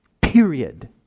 Period